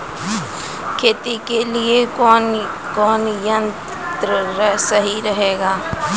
खेती के लिए कौन कौन संयंत्र सही रहेगा?